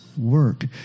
work